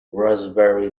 raspberry